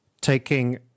taking